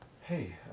Hey